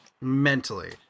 mentally